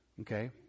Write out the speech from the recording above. Okay